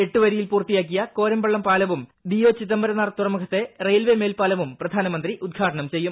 എട്ടുവരിയിൽ പൂർത്തിയാക്കിയ കോരംപള്ളം പാലവും വി ഒ ചിദംബരനാർ തുറമുഖത്തെ റെയിൽവെ മേൽപ്പാലവും പ്രധാനമന്ത്രി ഉദ്ഘാടനം ചെയ്യും